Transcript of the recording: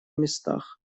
местах